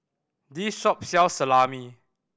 this shop sells Salami